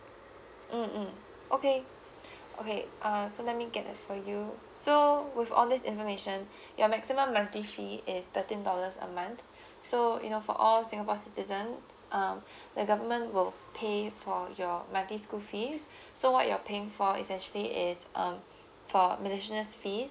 mm mm okay okay so let me get that for you so with all this information your maximum monthly fee is thirteen dollars a month so you know for all singapore citizen um the government will pay for your monthly school fees so what you're paying for is actually is um for miscellaneous fees